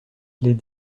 les